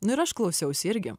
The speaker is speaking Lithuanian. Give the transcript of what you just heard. nu ir aš klausiausi irgi